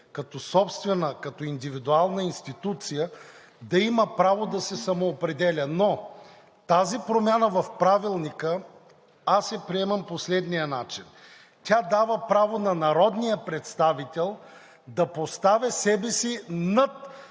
като собствена, като индивидуална институция, да има право да се самоопределя, но тази промяна в Правилника аз я приемам по следния начин. Тя дава право на народния представител да поставя себе си над